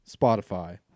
Spotify